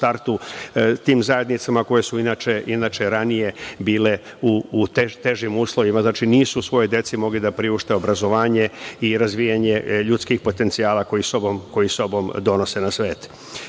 tim zajednicama, koje su inače ranije bile u težim uslovima, znači nisu svojoj deci mogli da priušte obrazovanje i razvijanje ljudskih potencijala koji sa sobom donose na svet. To